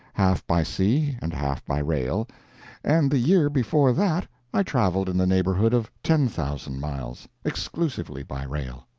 half by sea and half by rail and the year before that i traveled in the neighborhood of ten thousand miles, exclusively by rail.